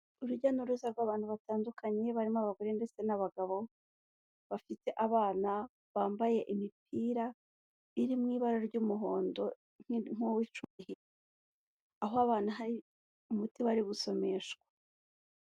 Urujya n'uruza rw'abantu batandukanye barimo abagore ndetse n'abagabo, bafite abana bambaye imipira iri mu ibara ry'umuhondo, nk'uwicumi aho abana hari umuti bari gusomeshwa.